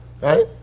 Right